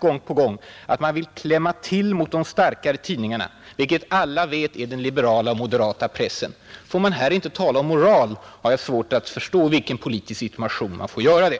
gång på gång har sagt att han vill ”klämma åt” de starkare tidningarna, vilka alla vet är den liberala och moderata pressen. Får man här inte tala om moral, har jag svårt att förstå i vilken politisk situation man får göra det!